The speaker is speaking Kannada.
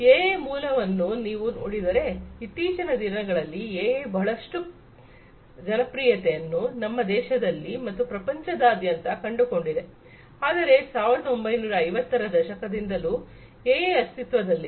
ಎಐ ನ ಮೂಲವನ್ನು ನೀವು ನೋಡಿದರೆ ಇತ್ತೀಚಿನ ದಿನಗಳಲ್ಲಿ ಎಐ ಬಹಳಷ್ಟು ಪ್ರಿಯತೆಯನ್ನು ನಮ್ಮ ದೇಶದಲ್ಲಿ ಮತ್ತು ಪ್ರಪಂಚದಾದ್ಯಂತ ಕಂಡುಕೊಂಡಿದೆ ಆದರೆ 1950 ರ ದಶಕದಿಂದಲೂ AI ಅಸ್ತಿತ್ವದಲ್ಲಿದೆ